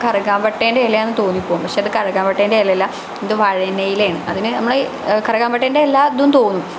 കാറുകപട്ടെൻ്റെ ഇലയാണെന്ന് തോന്നിപ്പോവും പക്ഷെ അത് കാറുകപട്ടെൻ്റെ ഇല അല്ല അത് വഴണിയില ആണ് അതിന് നമ്മൾ കാറുകപട്ടെൻ്റെ എല്ലാ ഇതും തോന്നും